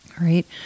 right